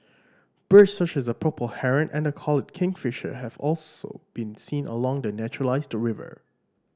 birds such as the purple Heron and the collared kingfisher have also been seen along the naturalised river